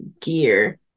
gear